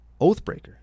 oathbreaker